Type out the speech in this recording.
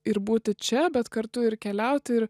ir būti čia bet kartu ir keliauti ir